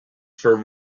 for